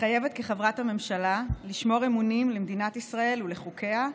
מתחייבת כחברת הממשלה לשמור אמונים למדינת ישראל ולחוקיה,